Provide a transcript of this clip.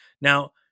Now